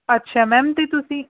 ਅੱਛਾ ਮੈਮ ਅਤੇ ਤੁਸੀਂ